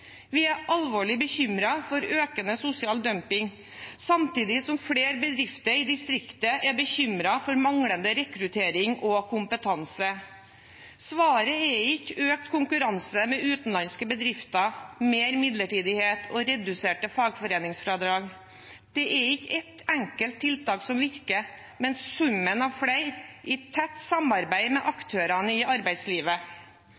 Vi er alvorlig bekymret over økende sosial dumping, samtidig som flere bedrifter i distriktet er bekymret over manglende rekruttering og kompetanse. Svaret er ikke økt konkurranse med utenlandske bedrifter, mer midlertidighet og reduserte fagforeningsfradrag. Det er ikke ett enkelt tiltak som virker, men summen av flere, i tett samarbeid med